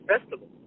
Festival